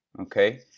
Okay